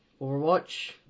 Overwatch